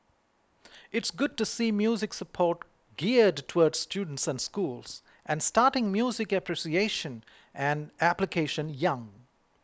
it's good to see music support geared towards students and schools and starting music appreciation and application young